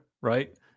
right